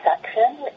section